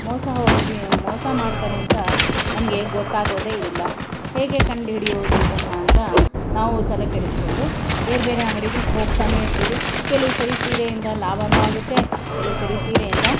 ಮೋಸ ಹೋಗಿಸಿ ಮೋಸ ಮಾಡ್ತಾರೆ ಅಂತ ನಮಗೆ ಗೊತ್ತಾಗೋದೆಯಿಲ್ಲ ಹೇಗೆ ಕಂಡು ಹಿಡಿಯೋದು ಇದನ್ನು ಅಂತ ನಾವು ತಲೆ ಕೆಡಿಸ್ಕೊಂಡು ಬೇರೆ ಬೇರೆ ಅಂಗ್ಡಿಗಳಿಗೆ ಹೋಗ್ತಾನೆ ಇರ್ತೀವಿ ಕೆಲವು ಸರಿ ಸೀರೆಯಿಂದ ಲಾಭನೂ ಆಗುತ್ತೆ ಕೆಲವು ಸರಿ ಸೀರೆಯಿಂದ